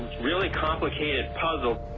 really complicated puzzle.